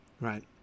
right